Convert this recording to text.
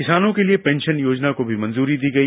किसानों के लिए पेंशन योजना को भी मंजूरी दी गई